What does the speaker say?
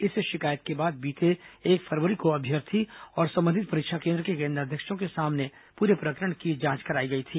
इस शिकायत के बाद बीते एक फरवरी को अभ्यर्थी और संबंधित परीक्षा केन्द्र के केन्द्राध्यक्षों के सामने पूरे प्रकरण की जांच कराई गई थी